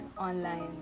online